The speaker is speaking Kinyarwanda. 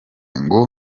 ngo